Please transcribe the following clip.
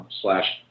slash